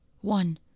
One